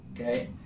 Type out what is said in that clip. okay